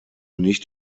nicht